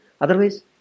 Otherwise